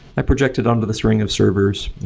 i project it on to this ring of servers.